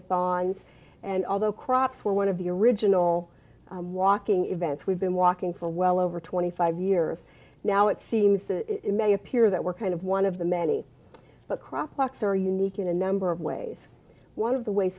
thongs and although crop for one of the original walking events we've been walking for well over twenty five years now it seems it may appear that we're kind of one of the many but crop locks are unique in a number of ways one of the way